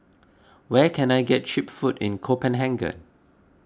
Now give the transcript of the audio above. where can I get Cheap Food in Copenhagen